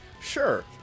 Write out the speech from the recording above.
sure